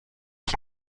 qui